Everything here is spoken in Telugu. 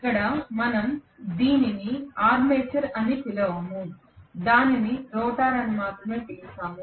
ఇక్కడ మనం దీనిని ఆర్మేచర్ అని పిలవము దానిని రోటర్ అని మాత్రమే పిలుస్తాము